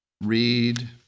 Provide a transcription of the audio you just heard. read